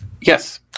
Yes